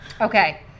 Okay